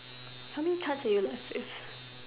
tell me your life is